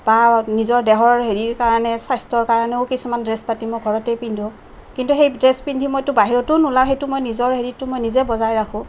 বা নিজৰ দেহৰ হেৰিৰ কাৰণে স্বাস্থ্যৰ কাৰণেও কিছুমান ড্ৰেছ পাতি মই ঘৰতেই পিন্ধোঁ কিন্তু সেই ড্ৰেছ পিন্ধি মই বাহিৰতো নোলাও সেইটো মই নিজৰ হেৰিতো মই নিজে বজাই ৰাখোঁ